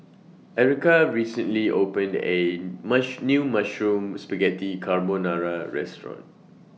Erica recently opened A New Mushroom Spaghetti Carbonara Restaurant